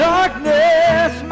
Darkness